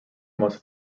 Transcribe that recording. must